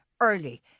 early